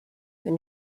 when